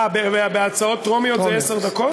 אה, בהצעות טרומיות זה עשר דקות?